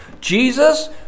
Jesus